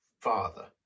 Father